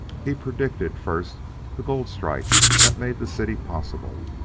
he predicated first the gold-strike that made the city possible,